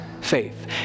faith